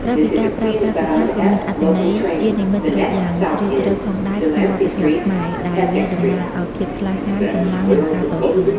ក្រៅពីការប្រើប្រាស់ ពូថៅក៏មានអត្ថន័យជានិមិត្តរូបយ៉ាងជ្រាលជ្រៅផងដែរក្នុងវប្បធម៌ខ្មែរ ដែលវាតំណាងអោយ ភាពក្លាហាន កម្លាំង និង ការតស៊ូ ។